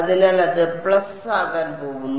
അതിനാൽ അത് പ്ലസ് ആകാൻ പോകുന്നു